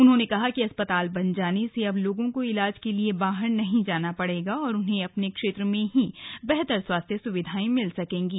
उन्होंने कहा कि अस्पताल बन जाने से अब लोगों को ईलाज के लिए बाहर नहीं जाना पड़ेगा और उन्हें अपने क्षेत्र में ही बेहतर स्वास्थ्य सुविधाएं मिल सकेंगीं